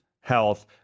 health